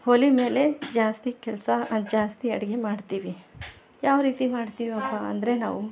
ಒಲಿ ಮೇಲೆ ಜಾಸ್ತಿ ಕೆಲಸ ಜಾಸ್ತಿ ಅಡುಗೆ ಮಾಡ್ತೀವಿ ಯಾವ ರೀತಿ ಮಾಡ್ತೀವಪ್ಪ ಅಂದರೆ ನಾವು